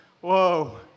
whoa